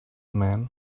man